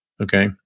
Okay